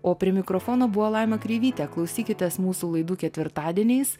o prie mikrofono buvo laima kreivytė klausykitės mūsų laidų ketvirtadieniais